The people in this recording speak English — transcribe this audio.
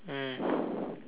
mm